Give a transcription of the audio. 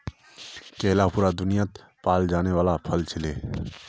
केला पूरा दुन्यात पाल जाने वाला फल छिके